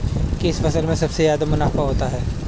किस फसल में सबसे जादा मुनाफा होता है?